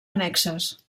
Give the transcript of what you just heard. annexes